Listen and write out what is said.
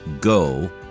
Go